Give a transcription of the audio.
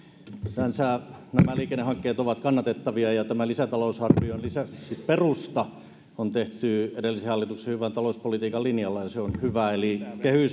sinänsä nämä liikennehankkeet ovat kannatettavia ja ja tämän lisätalousarvion lisäksi perusta on tehty edellisen hallituksen hyvän talouspolitiikan linjalla ja se on hyvä eli